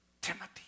Timothy